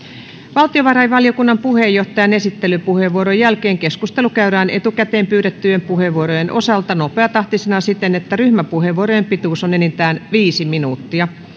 valtiovarainvaliokunnan puheenjohtajan esittelypuheenvuoron jälkeen keskustelu käydään etukäteen pyydettyjen puheenvuorojen osalta nopeatahtisena siten että ryhmäpuheenvuorojen pituus on enintään viisi minuuttia